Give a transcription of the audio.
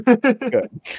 Good